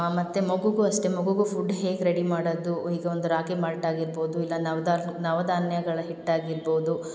ಮತ್ತು ಮಗುಗೂ ಅಷ್ಟೇ ಮಗುಗೂ ಫುಡ್ ಹೇಗೆ ರೆಡಿ ಮಾಡೋದು ಈಗ ಒಂದು ರಾಗಿ ಮಾಲ್ಟಾಗಿರ್ಬೋದು ಇಲ್ಲ ನವಧಾನ್ಯಗಳ ಹಿಟ್ಟಾಗಿರ್ಬೋದು